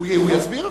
הוא יסביר עכשיו.